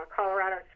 Colorado